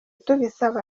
tubisaba